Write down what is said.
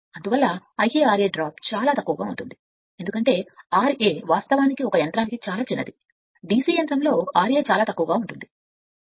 అందువల్ల Ia ra drop చాలా చిన్నది ఎందుకంటే ra వాస్తవానికి ఒక యంత్రానికి చాలా చిన్నది DC యంత్రం చాలా చిన్నది